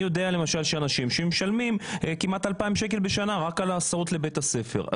אני יודע על אנשים שמשלמים כמעט 2,000 שקל בשנה רק על ההסעות לבית הספר.